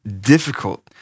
difficult